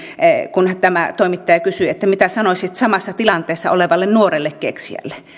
kun tämä toimittaja kysyi että mitä sanoisit samassa tilanteessa olevalle nuorelle keksijälle